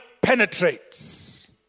penetrates